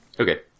Okay